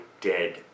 dead